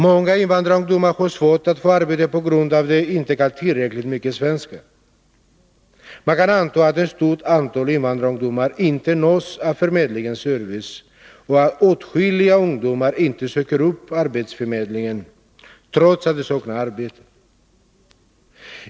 Många invandrarungdomar har svårt att få arbete på grund av att de inte kan tillräckligt mycket svenska. Man kan anta att ett stort antal invandrarungdomar inte nås av förmedlingens service och att åtskilliga invandrarungdomar inte söker upp arbetsförmedlingen trots att de saknar arbete.